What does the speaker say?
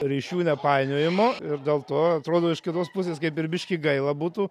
ryšių painiojimo ir dėl to atrodo iš kitos pusės kaip ir biškį gaila būtų